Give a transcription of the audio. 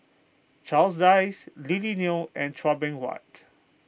Charles Dyce Lily Neo and Chua Beng Huat